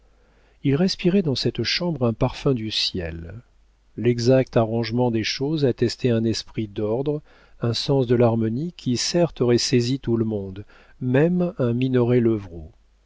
il respirait dans cette chambre un parfum du ciel l'exact arrangement des choses attestait un esprit d'ordre un sens de l'harmonie qui certes aurait saisi tout le monde même un minoret levrault